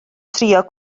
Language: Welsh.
trio